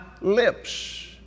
lips